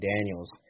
Daniels